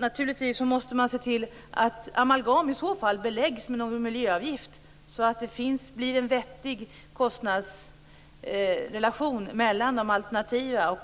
Naturligtvis måste man i så fall se till att amalgam beläggs med en miljöavgift, så att det blir en vettig kostnadsrelation mellan de alternativa och